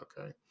Okay